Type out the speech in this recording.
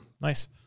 Nice